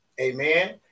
Amen